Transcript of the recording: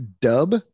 Dub